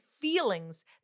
feelings